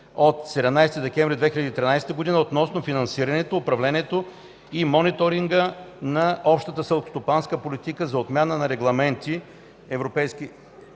от 17 декември 2013 г. относно финансирането, управлението и мониторинга на общата селскостопанска политика и за отмяна на регламенти (ЕИО)